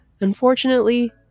unfortunately